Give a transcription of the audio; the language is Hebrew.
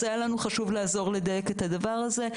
אז היה לנו חשוב לעזור לדייק את הדבר הזה.